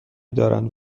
دارند